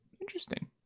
interesting